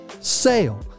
sale